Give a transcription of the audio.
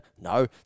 No